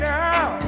now